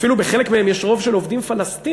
אפילו בחלק מהם יש רוב של עובדים פלסטינים,